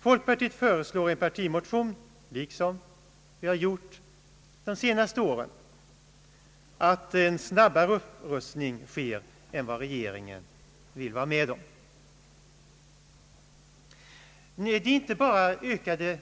Folk partiet föreslår i en partimotion, liksom vi har gjort under de senaste åren, att en snabbare upprustning sker än vad regeringen vill vara med om. Det är inte bara ökade